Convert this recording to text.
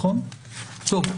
טוב,